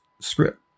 script